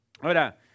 Ahora